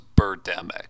Birdemic